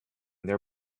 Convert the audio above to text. their